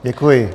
Děkuji.